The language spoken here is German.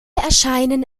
erscheinen